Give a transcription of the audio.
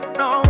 no